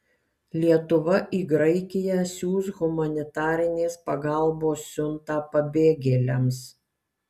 lietuva į graikiją siųs humanitarinės pagalbos siuntą pabėgėliams